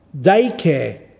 Daycare